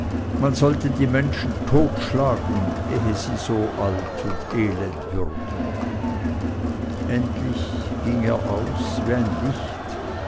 man sollte die menschen totschlagen ehe sie so alt und elend würden endlich ging er aus wie ein licht